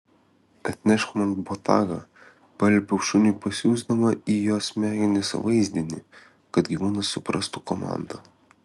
atnešk man botagą paliepiau šuniui pasiųsdama į jo smegenis vaizdinį kad gyvūnas suprastų komandą